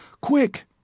Quick